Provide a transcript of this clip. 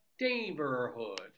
neighborhood